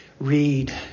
Read